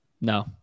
no